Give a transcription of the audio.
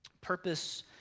purpose